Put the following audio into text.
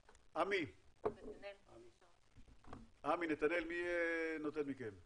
או נתנאל, מי נותן מכם?